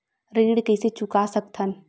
ऋण कइसे चुका सकत हन?